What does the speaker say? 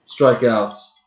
strikeouts